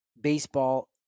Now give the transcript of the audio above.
baseball